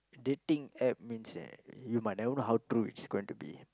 dating App means that you might never know how true it's going to be